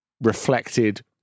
reflected